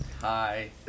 Hi